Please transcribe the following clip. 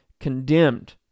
condemned